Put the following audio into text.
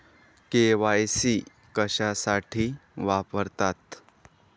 KYC कशासाठी वापरतात?